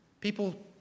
People